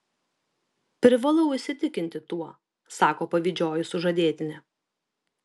privalau įsitikinti tuo sako pavydžioji sužadėtinė